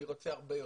אני רוצה הרבה יותר,